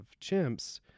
chimps